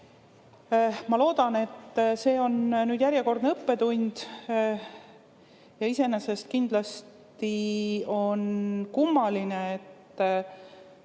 Ma loodan, et see on järjekordne õppetund. Iseenesest on kindlasti kummaline, et